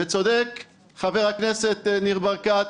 וצודק חבר הכנסת ניר ברקת,